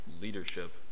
leadership